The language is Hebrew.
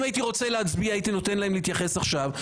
אם הייתי רוצה להצביע הייתי נותן להם להתייחס עכשיו.